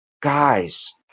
guys